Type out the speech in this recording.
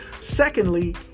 Secondly